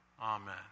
Amen